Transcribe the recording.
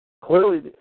Clearly